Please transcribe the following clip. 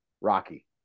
Rocky